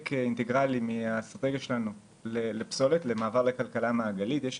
אבל יותר מזה, הפסולת האורגנית היא זו